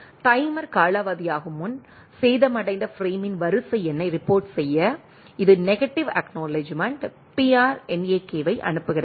timer காலாவதியாகும் முன் சேதமடைந்த பிரேமின் வரிசை எண்ணைப் ரிப்போர்ட் செய்ய இது நெகடிவ் அக்நாலெட்ஜ்மெண்ட் pr NAK ஐ அனுப்புகிறது